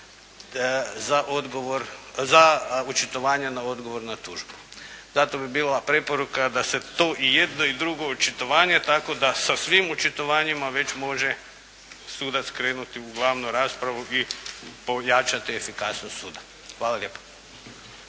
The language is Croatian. za odgovor, za očitovanje na odgovor na tužbu. Zato bi bila preporuka da se to i jedno i drugo očitovanja tako da sa svim očitovanjima već može sudac krenuti u glavnu raspravu i pojačati efikasnost suda. Hvala lijepo.